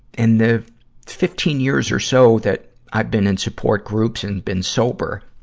in the fifteen years or so that i've been in support groups and been sober,